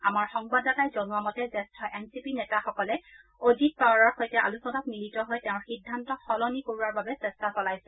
আমাৰ সংবাদদাতাই জনোৱা মতে জ্যেষ্ঠ এন চি পি নেতাসকলে অজিত পাৱাৰৰ সৈতে আলোচনাত মিলিত হৈ তেওঁৰ সিদ্ধান্ত সলনি কৰোৱাৰ বাবে চেষ্টা চলাইছে